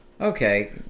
Okay